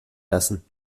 lassen